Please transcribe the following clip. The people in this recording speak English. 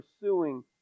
pursuing